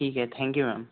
ठीक आहे thank you ma'am